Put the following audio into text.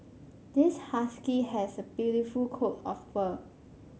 this husky has a beautiful coat of fur